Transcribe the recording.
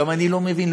גם אני לא מבין.